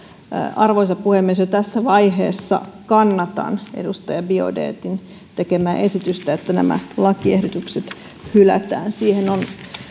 arvoisa puhemies jo tässä vaiheessa kannatan edustaja biaudetn tekemää esitystä että nämä lakiehdotukset hylätään siihen on